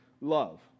love